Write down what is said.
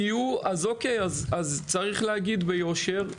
אז צריך להגיד ביושר,